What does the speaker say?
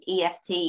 EFT